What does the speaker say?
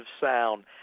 sound